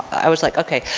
i was like okay,